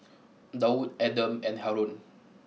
Daud Adam and Haron